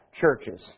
churches